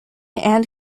and